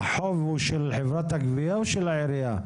החוב הוא של חברת הגבייה או של העירייה?